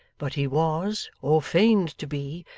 but he was, or feigned to be,